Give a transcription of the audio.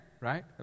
right